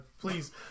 please